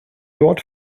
dort